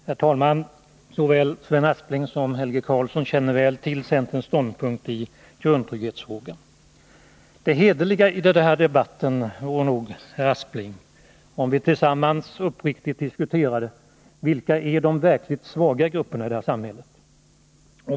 Herr talman! Såväl Sven Aspling som Helge Karlsson känner väl till centerns ståndpunkt när det gäller grundtryggheten. Det vore hederligare i denna debatt, Sven Aspling, om vi tillsammans diskuterade vilka de verkligt svaga grupperna är i detta samhälle.